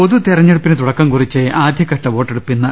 പൊതുതിരഞ്ഞെടുപ്പിന് തുടക്കംകുറിച്ച് ആദ്യഘട്ട വോട്ടെടുപ്പ് ഇന്ന്